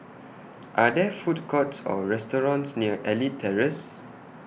Are There Food Courts Or restaurants near Elite Terrace